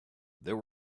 there